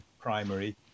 primary